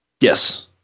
Yes